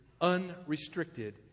unrestricted